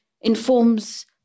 informs